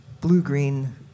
blue-green